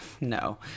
No